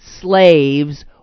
slaves